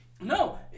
No